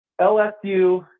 LSU